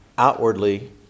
outwardly